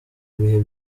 bihe